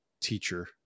teacher